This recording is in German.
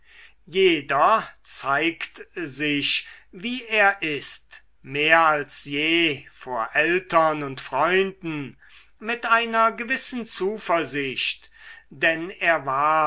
jeder zeigt sich wie er ist mehr als je vor eltern und freunden mit einer gewissen zuversicht denn er war